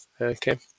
Okay